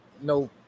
no